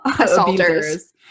assaulters